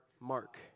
Mark